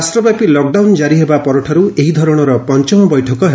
ରାଷ୍ଟ୍ର ବ୍ୟାପି ଲକ୍ଡାଉନ ଜାରି ହେବା ପରଠାର୍ଚ ଏହା ଏହି ଧରଣର ପଞ୍ଚମ ବୈଠକ ହେବ